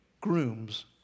groom's